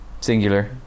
Singular